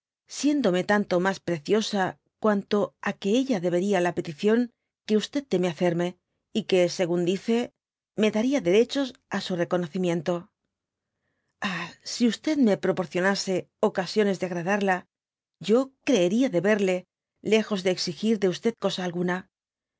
siéndome tanto mas preciosa cuanto á que á ella debería la petición que teme hacerme y que según dice me daría derechos á su reconocimiento ah si me proporcionase ocaciones de agradarla yocreeria deberle lejos de exigir de cosa alguna